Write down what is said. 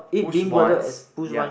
push once ya